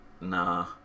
Nah